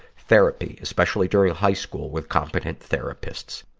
therapy, especially during high school with competent therapists.